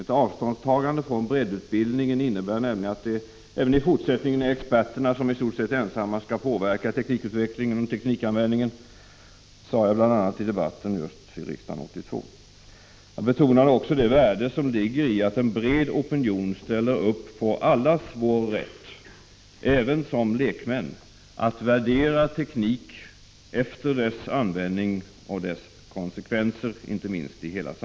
Ett avståndstagande från breddutbildningen innebär att det även i fortsättningen är experterna som i stort sett ensamma skall påverka teknikutvecklingen och teknikanvändningen, sade jag bl.a. i debatten i riksdagen 1982. Jag betonade också det värde som ligger i att en bred opinion ställer upp på allas vår rätt, även som lekmän, att värdera teknik efter dess användning och konsekvenser.